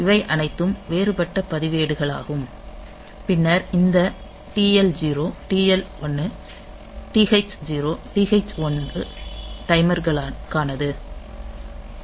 இவை அனைத்தும் வேறுபட்ட பதிவேடுகளாகும் பின்னர் இந்த TL0 TL1 TH0 TH1 டைமர்களுக்கானது